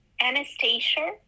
Anastasia